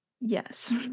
yes